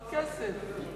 עוד כסף.